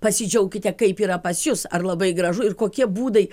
pasidžiaukite kaip yra pas jus ar labai gražu ir kokie būdai